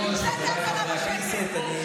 קיבלת את ההזדמנות שלך.